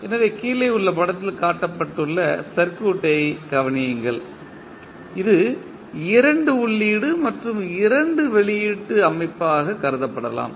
எனவே கீழே உள்ள படத்தில் காட்டப்பட்டுள்ள சர்க்யூட் ஐக் கவனியுங்கள் இது இரண்டு உள்ளீடு மற்றும் இரண்டு வெளியீட்டு அமைப்பாகக் கருதப்படலாம்